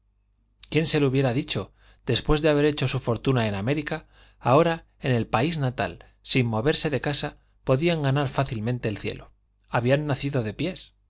quién se lo hubiera dicho después de haber hecho su fortuna en américa ahora en el país natal sin moverse de casa podían ganar fácilmente el cielo habían nacido de pies